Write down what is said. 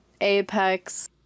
Apex